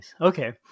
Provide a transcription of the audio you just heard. Okay